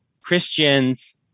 Christians